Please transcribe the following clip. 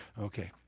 Okay